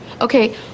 Okay